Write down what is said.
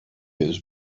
his